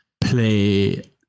play